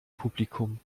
publikum